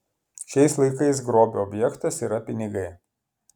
šiais laikais grobio objektas yra pinigai